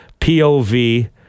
pov